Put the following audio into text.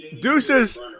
Deuces